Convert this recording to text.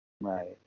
Right